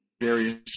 various